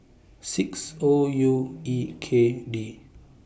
six O U E K D